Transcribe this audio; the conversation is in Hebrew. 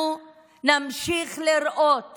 אנחנו נמשיך לראות